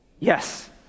Yes